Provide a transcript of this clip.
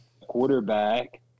quarterback